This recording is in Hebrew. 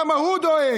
כמה הוא דואג,